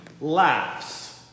laughs